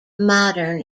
modern